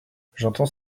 j’entends